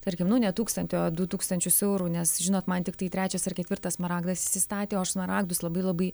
tarkim nu ne tūkstantį o du tūkstančius eurų nes žinot man tiktai trečias ar ketvirtas smaragdas įsistatė o aš smaragdus labai labai